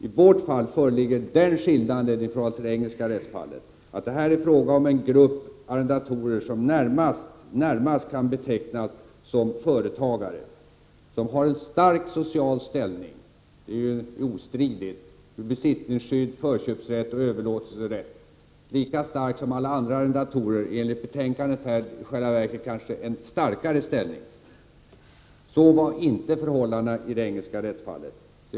I vårt fall föreligger den skillnaden i förhållande till det engelska rättsfallet att det är fråga om en grupp arrendatorer som närmast kan betecknas som företagare. De har en stark social ställning — det är ostridigt — med besittningsskydd, förköpsrätt och överlåtelserätt. Deras ställning är lika stark som alla andra arrendatorers — enligt betänkandet i själva verket en starkare ställning. Så var inte förhållandena i det engelska rättsfallet.